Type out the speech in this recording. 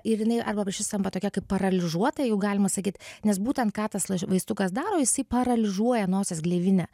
ir jinai arba išvis tampa tokia kaip paralyžiuota jau galima sakyt nes būtent ką tas vaistukas daro jisai paralyžiuoja nosies gleivinę